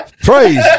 Praise